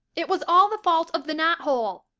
it was all the fault of the knothole,